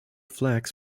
flags